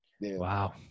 Wow